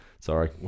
sorry